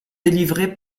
délivrée